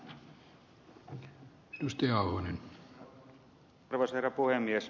arvoisa herra puhemies